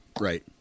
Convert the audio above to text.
Right